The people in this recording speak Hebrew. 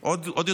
רעות עוד יותר,